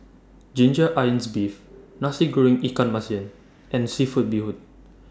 Ginger Onions Beef Nasi Goreng Ikan Masin and Seafood Bee Hoon